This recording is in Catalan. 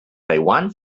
taiwan